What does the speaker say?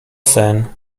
sen